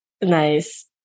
Nice